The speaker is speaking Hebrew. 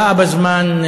באה בזמן.